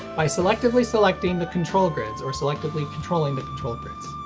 by selectively selecting the control grids, or selectively controlling the control grids.